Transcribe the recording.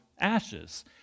ashes